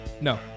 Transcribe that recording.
No